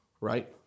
Right